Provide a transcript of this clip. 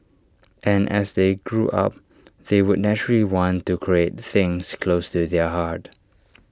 and as they grew up they would naturally want to create things close to their heart